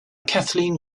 kathleen